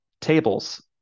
tables